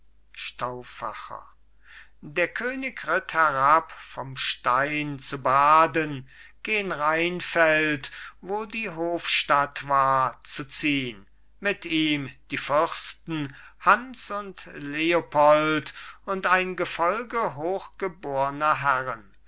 der könig ritt herab vom stein zu baden gen rheinfeld wo die hofstatt war zu ziehn mit ihm die fürsten hans und leopold und ein gefolge hochgeborner herren